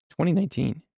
2019